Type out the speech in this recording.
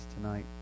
tonight